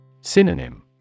Synonym